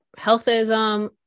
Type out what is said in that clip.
healthism